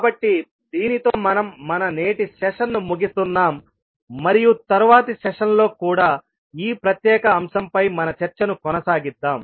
కాబట్టి దీనితో మనం మన నేటి సెషన్ను ముగిస్తున్నాం మరియు తరువాతి సెషన్లో కూడా ఈ ప్రత్యేక అంశంపై మన చర్చను కొనసాగిద్దాం